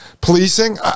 Policing